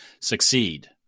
succeed